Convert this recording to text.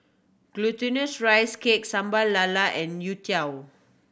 Glutinous Rice Cake Sambal Lala and youtiao